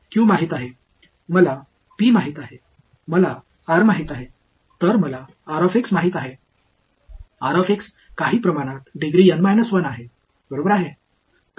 எனக்கு ஒரு வெளிப்பாடு இருப்பதால் என்னால் செய்ய முடியும் எனக்கு qpr தெரியும் எனவே எனக்குத் தெரிந்தஎன்பது டிகிரி N 1 இன் சில பாலினாமியல்